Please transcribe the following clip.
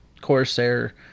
Corsair